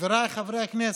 חבריי חברי הכנסת,